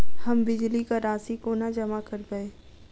हम बिजली कऽ राशि कोना जमा करबै?